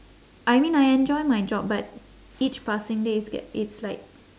I mean I enjoy my job but each passing day it's g~ it's like